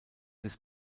des